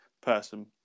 person